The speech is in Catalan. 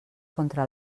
contra